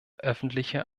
öffentliche